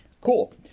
Cool